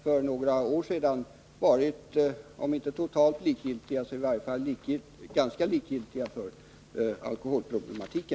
För några år sedan var de om inte totalt likgiltiga för alkoholproblematiken så i varje fall ganska likgiltiga.